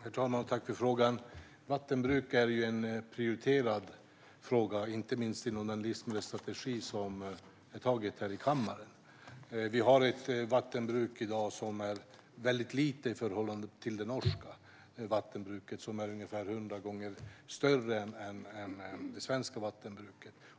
Herr talman! Tack för frågan, Fredrik Christensson! Vattenbruk är en prioriterad fråga, inte minst inom den livsmedelsstrategi som har antagits här i kammaren. Vi har ett vattenbruk i dag som är väldigt litet i förhållande till det norska som är ungefär hundra gånger större än det svenska.